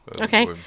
okay